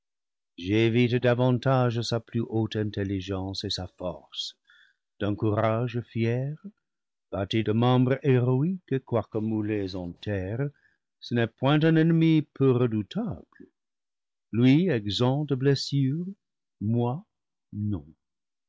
j'évite davantage sa plus haute intelligence et sa force d'un courage fier bâti de membres héroïques quoique moulés en terre ce n'est point un ennemi peu re doutable lui exempt de blessures moi non